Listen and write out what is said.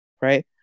right